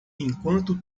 enquanto